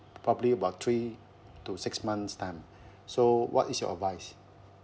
probably about three to six months time so what is your advice